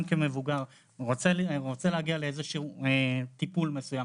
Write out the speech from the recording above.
כמבוגר רוצה להגיע לאיזשהו טיפול מסוים,